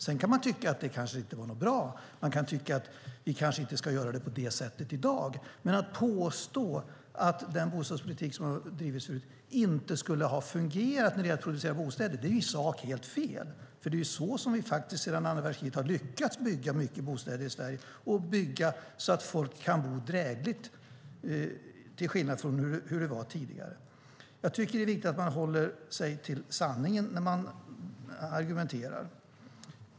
Sedan kan man tycka att de kanske inte var bra, och man kan tycka att vi kanske inte ska göra det på det sättet i dag, men att påstå att den bostadspolitik som har drivits förut inte skulle ha fungerat när det gäller att producera bostäder är i sak helt fel. Det är så som vi faktiskt sedan andra världskriget har lyckats bygga mycket bostäder i Sverige och lyckats bygga så att folk kan bo drägligt, till skillnad från hur det var tidigare. Jag tycker att det är viktigt att man håller sig till sanningen när man argumenterar.